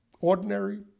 ordinary